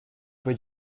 peut